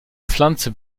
pflanze